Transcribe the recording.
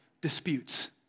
disputes